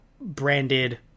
branded